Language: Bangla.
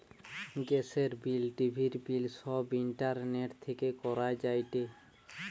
গ্যাসের বিল, টিভির বিল সব ইন্টারনেট থেকে করা যায়টে